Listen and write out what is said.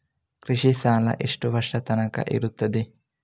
ಕೃಷಿ ಸಾಲ ಎಷ್ಟು ವರ್ಷ ತನಕ ಇರುತ್ತದೆ?